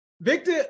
Victor